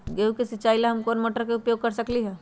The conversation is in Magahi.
गेंहू के सिचाई ला हम कोंन मोटर के उपयोग कर सकली ह?